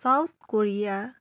south Korea